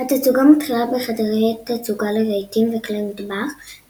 התצוגה מתחילה בחדרי תצוגה לרהיטים וכלי מטבח,